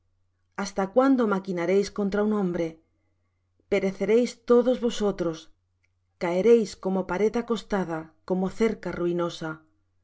hasta cuándo maquinaréis contra un hombre pereceréis todos vosotros caeréis como pared acostada como cerca ruinosa